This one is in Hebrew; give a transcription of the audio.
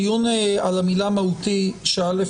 הדיון על המילה "מהותי" ש-א',